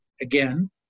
again